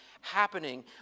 happening